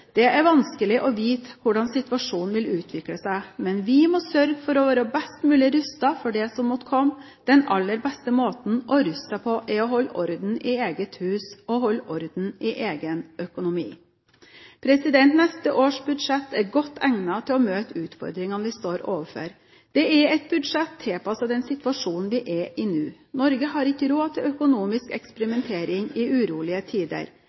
Det er vanskelig å vite hvordan situasjonen vil utvikle seg, men vi må sørge for å være best mulig rustet for det som måtte komme. Den aller beste måten å ruste seg på er å holde orden i eget hus og holde orden i egen økonomi. Neste års budsjett er godt egnet til å møte de utfordringene vi står overfor. Det er et budsjett som er tilpasset den situasjonen vi er i nå. Norge har ikke råd til økonomisk eksperimentering i urolige tider.